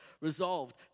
resolved